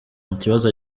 ikibazo